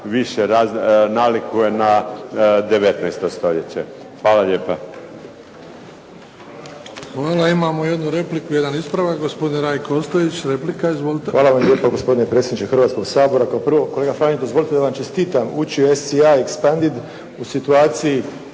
više nalikuje na 19. stoljeće. Hvala lijepa.